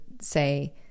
say